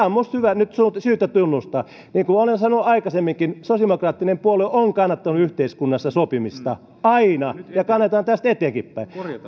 on minusta nyt syytä tunnustaa niin kuin olen sanonut aikaisemminkin sosiaalidemokraattinen puolue on kannattanut yhteiskunnassa sopimista aina ja kannatamme tästä eteenpäinkin